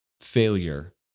failure